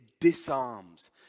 disarms